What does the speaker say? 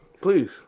Please